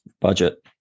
budget